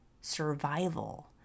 survival